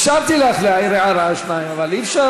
אפשרתי לך להעיר הערה, שתיים, אבל אי-אפשר